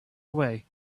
away